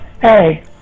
Hey